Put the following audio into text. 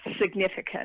significant